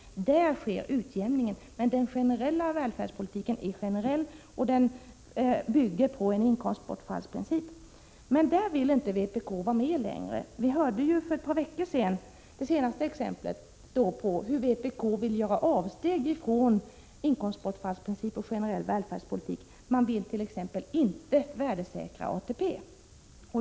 Där sker utjämningen. Välfärdspolitiken är generell och bygger på en inkomstbortfallsprincip. Här vill vpk inte vara med längre. För ett par veckor sedan noterade vi det senaste exemplet på hur vpk vill göra avsteg från inkomstbortfallsprincip och generell välfärdspolitik. Man vill t.ex. inte värdesäkra ATP.